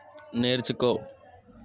నేర్చుకో